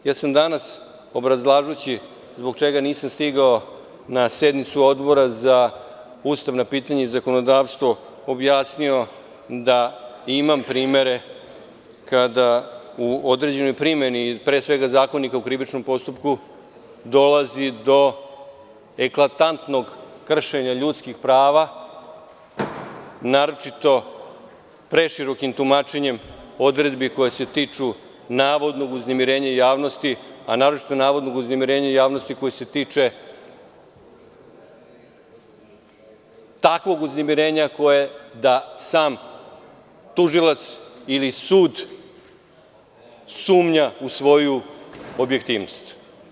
Danas sam obrazlažući zbog čega nisam stigao na sednicu Odbora za ustavna pitanja i zakonodavstvo objasnio da imam primere kada u određenoj primeni, pre svega Zakonika o krivičnom postupku dolazi do eklatantnog kršenja ljudskih prava, naročito preširokim tumačenjem odredbi koje se tiču navodnog uznemirenja javnosti, a naročito navodnog uznemirenja javnosti koje se tiče takvog uznemirenja koje da sam tužilac ili sud sumnja u svoju objektivnost.